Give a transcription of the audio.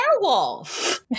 werewolf